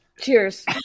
Cheers